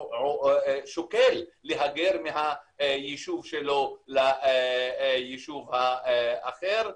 הוא שוקל להגר מהיישוב שלו ליישוב אחר.